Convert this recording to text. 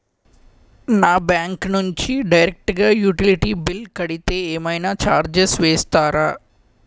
నా బ్యాంక్ నుంచి డైరెక్ట్ గా యుటిలిటీ బిల్ కడితే ఏమైనా చార్జెస్ వేస్తారా?